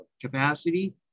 capacity